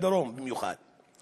בדרום במיוחד.